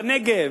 בנגב,